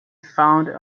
found